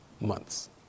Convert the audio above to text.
months